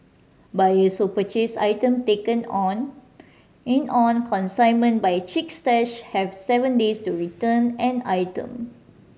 buyers who purchase items taken in on in on consignment by Chic Stash have seven days to return an item